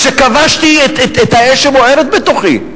כשכבשתי את האש שבוערת בתוכי,